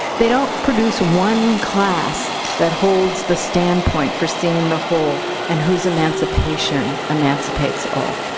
they don't produce one class that holds the standpoint for seeing the whole and whose emancipation emancipates all.